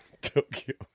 Tokyo